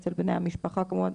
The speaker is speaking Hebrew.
אצל בני המשפחה כמובן,